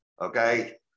okay